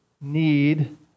need